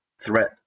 threat